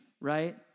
right